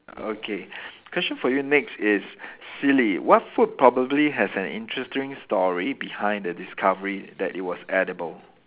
okay question for you next is silly what food probably has an interesting story behind the discovery that it was edible